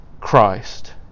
Christ